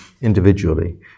individually